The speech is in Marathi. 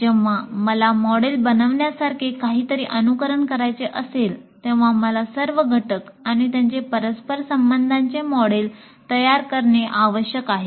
जेव्हा मला मॉडेल बनवण्यासारखे काहीतरी अनुकरण करायचे असेल तेव्हा मला सर्व घटक आणि त्यांचे परस्पर संबंधांचे मॉडेल तयार करणे आवश्यक आहे